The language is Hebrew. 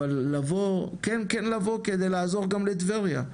אבל לבוא כן כדי לעזור גם לטבריה.